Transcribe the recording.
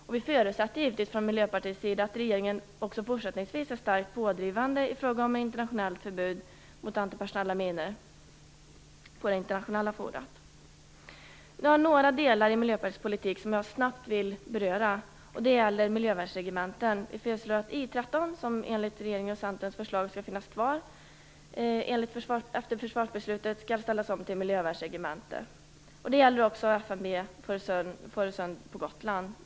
Vi förutsätter givetvis från Miljöpartiets sida att regeringen också fortsättningsvis i internationella forum är starkt pådrivande i fråga om internationellt förbud mot antipersonella minor. Det finns några delar i Miljöpartiets politik som jag snabbt vill beröra. Det gäller miljövärnsregementen. Vi föreslår att I 13 som enligt regeringens och Centerns förslag skall finnas kvar efter försvarsbeslutet skall ställas om till miljövärnsregemente. Det gäller också FMB, Fårösund på Gotland.